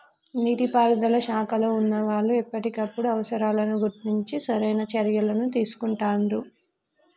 నీటి పారుదల శాఖలో వున్నా వాళ్లు ఎప్పటికప్పుడు అవసరాలను గుర్తించి సరైన చర్యలని తీసుకుంటాండ్రు